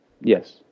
Yes